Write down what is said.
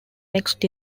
next